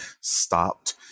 stopped